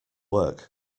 work